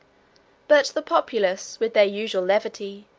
but the populace, with their usual levity,